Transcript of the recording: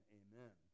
amen